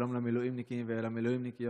שלום למילואימניקים ולמילואימניקיות.